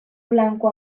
blanco